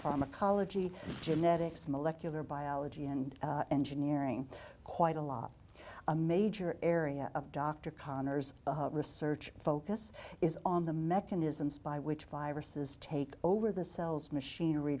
pharmacology genetics molecular biology and engineering quite a lot major area of dr conner's research focus is on the mechanisms by which viruses take over the cells machinery